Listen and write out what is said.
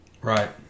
Right